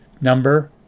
Number